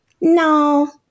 no